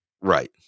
right